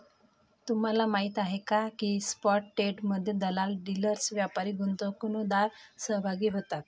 तुम्हाला माहीत आहे का की स्पॉट ट्रेडमध्ये दलाल, डीलर्स, व्यापारी, गुंतवणूकदार सहभागी होतात